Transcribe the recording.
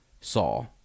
saw